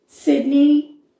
Sydney